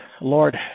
Lord